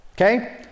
okay